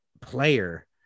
player